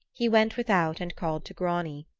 he went without and called to grani,